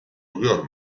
oluyor